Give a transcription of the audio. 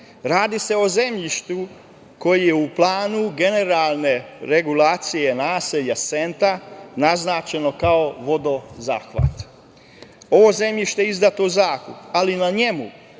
se o zemljištu koje je u planu generalne regulacije naselja Senta naznačeno kao vodozahvat. Ovo zemljište je izdato u zakup, ali na njemu